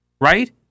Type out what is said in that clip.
right